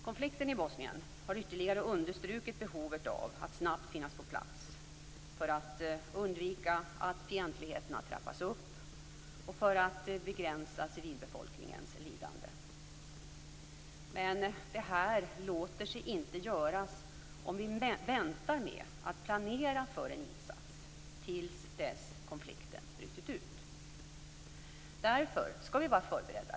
Konflikten i Bosnien har ytterligare understrukit behovet av att snabbt finnas på plats - för att undvika att fientligheterna trappas upp och för att begränsa civilbefolkningens lidande. Men detta låter sig inte göras om vi väntar med att planera för en insats till dess att konflikten brutit ut. Därför skall vi vara förberedda.